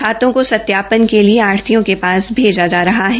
खातों को सत्यापन के लिए आढ़तियों के पास भेजा जा रहा है